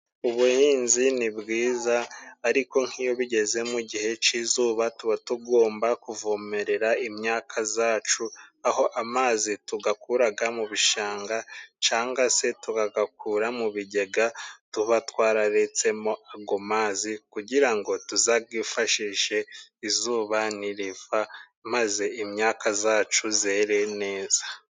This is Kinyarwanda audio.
Ubuhinzi ni bwiza, ariko nk'iyo bigeze mu gihe cy'izuba tuba tugomba kuvomerera imyaka zacu, aho amazi tugakuraga mu bishanga cangwa se tugagakura mu bigega tuba twararetsemo ago mazi, kugira ngo tuzagifashishe izuba niriva maze imyaka zacu zere neza.